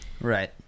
right